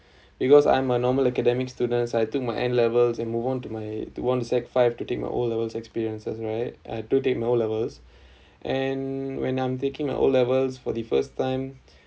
because I'm a normal academic students I took my N levels and move on to my to one sec five to take my O levels experiences right I have to take lower levels and when I'm taking my O levels for the first time